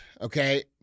okay